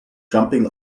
jumping